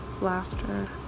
laughter